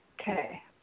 Okay